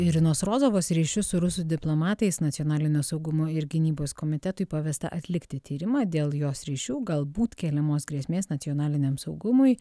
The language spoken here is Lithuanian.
irinos rozovos ryšius su rusų diplomatais nacionalinio saugumo ir gynybos komitetui pavesta atlikti tyrimą dėl jos ryšių galbūt keliamos grėsmės nacionaliniam saugumui